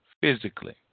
Physically